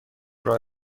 راه